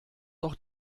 doch